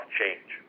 change